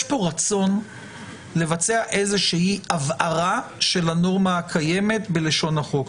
יש פה רצון לבצע איזושהי הבהרה של הנורמה הקיימת בלשון החוק.